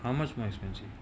how much more expensive